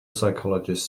psychologist